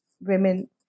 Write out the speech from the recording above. women